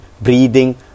breathing